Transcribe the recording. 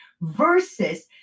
versus